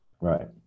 Right